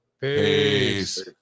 Peace